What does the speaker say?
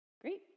great